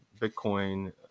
Bitcoin